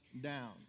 down